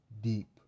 deep